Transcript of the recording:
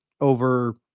over